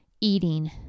Eating